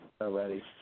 Already